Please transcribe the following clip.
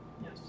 Yes